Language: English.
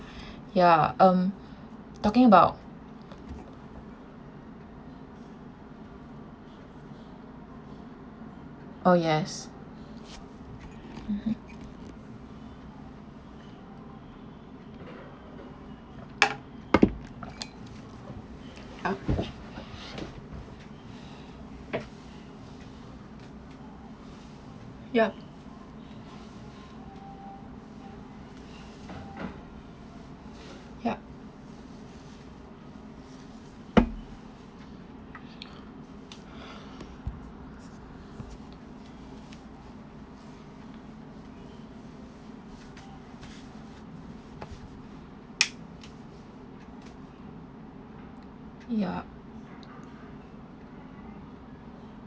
ya um talking about oh yes mmhmm !ouch! yup yup yup